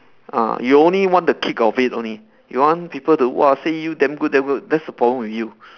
ah you only want the kick of it only you want people to !wah! say you damn good damn good that's the problem with you